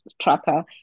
tracker